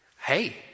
Hey